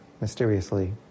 mysteriously